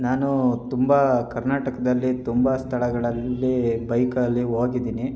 ನಾನು ತುಂಬ ಕರ್ನಾಟಕದಲ್ಲಿ ತುಂಬ ಸ್ಥಳಗಳಲ್ಲಿ ಬೈಕಲ್ಲಿ ಹೋಗಿದಿನಿ